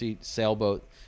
sailboat